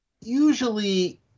usually